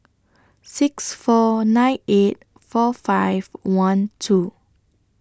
six four nine eight four five one two